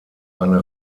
eine